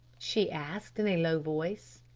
she asked in a low voice.